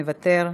מוותר,